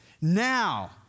Now